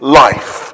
life